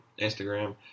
Instagram